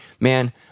man